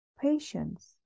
patience